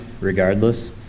regardless